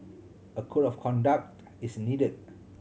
a code of conduct is needed